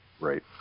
Right